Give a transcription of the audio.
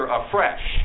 afresh